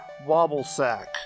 Wobblesack